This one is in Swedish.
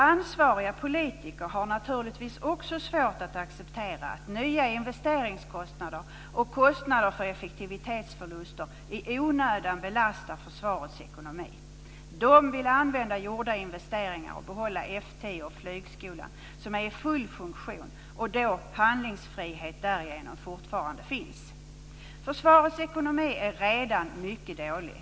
Ansvariga politiker har naturligtvis också svårt att acceptera att nya investeringskostnader och kostnader för effektivitetsförluster i onödan belastar försvarets ekonomi. De vill använda gjorda investeringar och behålla F 10 och flygskolan, som är i full funktion och där handlingsfrihet därigenom fortfarande finns. Försvarets ekonomi är redan mycket dålig.